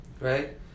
Right